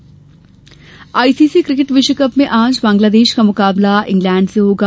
cricket ICC cricket विश्वकप में आज बांग्लादेश का मुकाबला इंग्लैंड से होगा